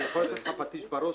אני יכול לתת לך פטיש בראש?